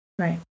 Right